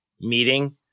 meeting